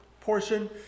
portion